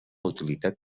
utilitat